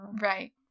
Right